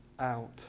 out